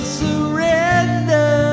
surrender